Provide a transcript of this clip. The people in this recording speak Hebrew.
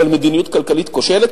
אבל מדיניות כושלת,